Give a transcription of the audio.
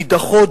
נידחות,